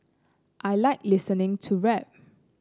I like listening to rap